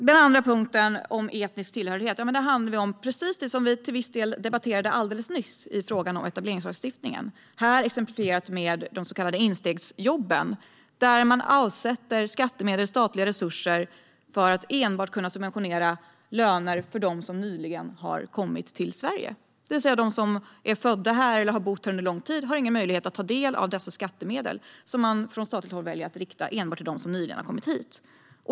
Den andra punkten, om etnisk tillhörighet, handlar om precis det som vi till viss del debatterade alldeles nyss i frågan om etableringslagstiftningen, här exemplifierat med de så kallade instegsjobben. Man avsätter skattemedel, statliga resurser, för att enbart kunna subventionera löner för dem som nyligen har kommit till Sverige. De som är födda här eller har bott här under lång tid har alltså ingen möjlighet att ta del av dessa skattemedel, som man från statligt håll väljer att rikta enbart till dem som nyligen har kommit hit.